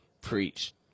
preach